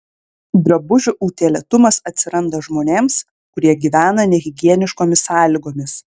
drabužių utėlėtumas atsiranda žmonėms kurie gyvena nehigieniškomis sąlygomis